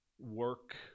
work